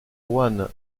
juan